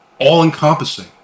all-encompassing